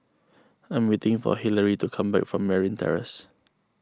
I am waiting for Hillary to come back from Merryn Terrace